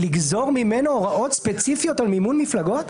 לגזור ממנו הוראות ספציפיות על מימון מפלגות?